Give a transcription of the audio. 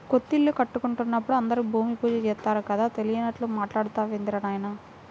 కొత్తిల్లు కట్టుకుంటున్నప్పుడు అందరూ భూమి పూజ చేత్తారు కదా, తెలియనట్లు మాట్టాడతావేందిరా నాయనా